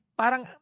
parang